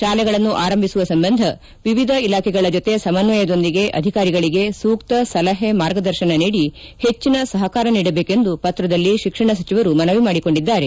ಶಾಲೆಗಳನ್ನು ಆರಂಭಿಸುವ ಸಂಬಂಧ ವಿವಿಧ ಇಲಾಖೆಗಳ ಜೊತೆ ಸಮನ್ವಯದೊಂದಿಗೆ ಅಧಿಕಾರಿಗಳಿಗೆ ಸೂಕ್ತ ಸಲಹೆ ಮಾರ್ಗದರ್ಶನ ನೀಡಿ ಹೆಚ್ಚಿನ ಸಹಕಾರ ನೀಡಬೇಕೆಂದು ಪತ್ರದಲ್ಲಿ ಶಿಕ್ಷಣ ಸಚಿವರು ಮನವಿ ಮಾಡಿಕೊಂಡಿದ್ದಾರೆ